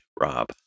Rob